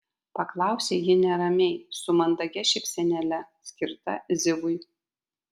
paklausė ji neramiai su mandagia šypsenėle skirta zivui